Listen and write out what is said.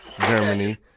Germany